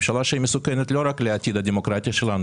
ממשלה שהיא מסוכנת לא רק לעתיד הדמוקרטיה שלנו